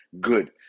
good